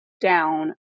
down